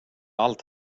allt